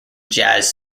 jazz